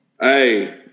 Hey